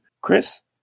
Chris